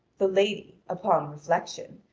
the lady, upon reflection,